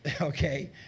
Okay